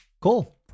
Cool